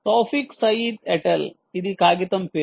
Taufiq Sayeed et al ఇది కాగితం పేరు